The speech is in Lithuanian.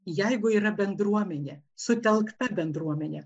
jeigu yra bendruomenė sutelkta bendruomenė